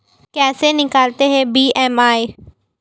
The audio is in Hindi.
कैसे निकालते हैं बी.एम.आई?